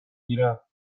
گیرم